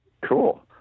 Cool